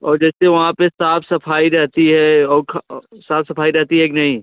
और जैसे वहाँ पर साफ़ सफ़ाई रहती है और ख साफ़ सफ़ाई रहती है कि नहीं